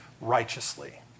righteously